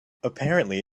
apparently